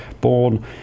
born